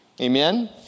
Amen